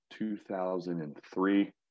2003